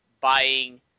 buying